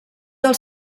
del